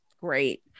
great